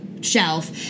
shelf